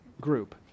group